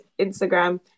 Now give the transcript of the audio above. Instagram